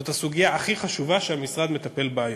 זאת הסוגיה הכי חשובה שהמשרד מטפל בה היום,